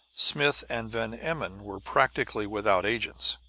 smith and van emmon were practically without agents.